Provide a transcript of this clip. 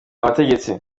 abategetsi